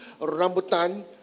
rambutan